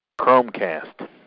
Chromecast